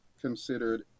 considered